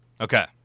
Okay